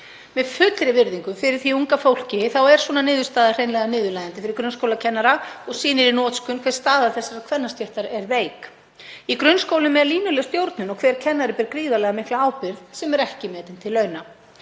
Með fullri virðingu fyrir því unga fólki þá er svona niðurstaða hreinlega niðurlægjandi fyrir grunnskólakennara og sýnir í hnotskurn hversu veik staða þessarar kvennastéttar er. Í grunnskólum er línuleg stjórnun og hver kennari ber gríðarlega mikla ábyrgð sem ekki er metin til launa.